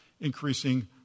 increasing